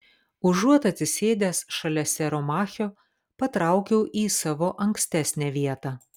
užuot atsisėdęs šalia sero machio patraukiau į savo ankstesnę vietą